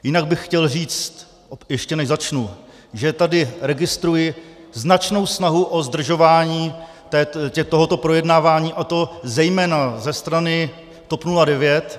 Jinak bych chtěl říct, ještě než začnu, že tady registruji značnou snahu o zdržování tohoto projednávání, a to zejména ze strany TOP 09.